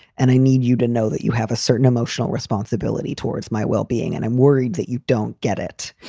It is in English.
and i need you to know that you have a certain emotional responsibility towards my well-being. and i'm worried that you don't get it.